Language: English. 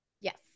Yes